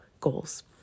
goals